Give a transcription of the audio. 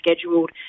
scheduled